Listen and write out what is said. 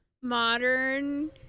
modern